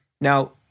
now